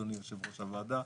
אדוני יושב-ראש הוועדה.